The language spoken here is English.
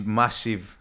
massive